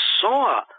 saw